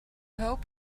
hoped